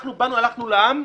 אנחנו הלכנו לעם,